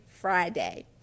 Friday